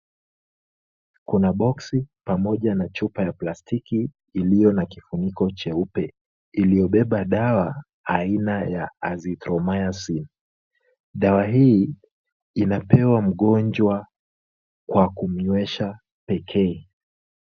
Kuna boksi, pamoja na chupa ya plastiki, iliyo na kifuniko cheupe, iliobeba dawa aina ya azithromycin, dawa hii inapewa mgonjwa kwa kunywesha, pekee.